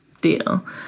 deal